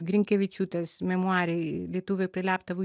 grinkevičiūtės memuarai lietuviai prie laptevų